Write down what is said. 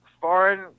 foreign